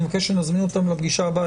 ואני מבקש שנזמין אותם לפגישה הבאה,